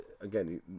again